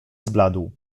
zbladł